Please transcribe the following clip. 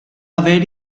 haver